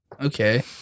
Okay